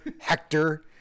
Hector